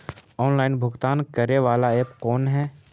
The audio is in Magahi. ऑनलाइन भुगतान करे बाला ऐप कौन है?